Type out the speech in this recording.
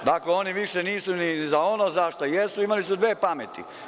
Dakle, oni više nisu ni za ono za šta jesu, imali su dve pameti.